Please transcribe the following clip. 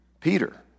Peter